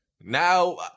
now